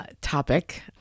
Topic